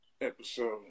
episode